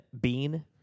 Bean